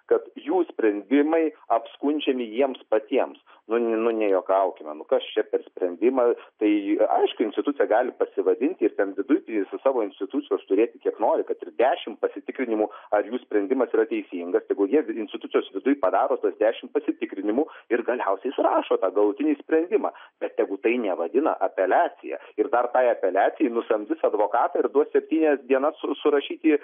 kad jų sprendimai apskundžiami jiems patiems nu ne nejuokaukime nu kas čia per sprendimas tai aišku institucija gali pasivadinti ir ten viduj su savo institucijos turėti kiek nori kad ir dešimt pasitikrinimų ar jų sprendimas yra teisingas tegu jie institucijos viduj padaro tuos dešimt pasitikrinimų ir galiausiai surašo tą galutinį sprendimą bet tegu tai nevadina apeliacija ir dar tai apeliacijai nusamdys advokatą ir duos septynias dienas su surašyti